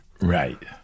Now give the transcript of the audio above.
Right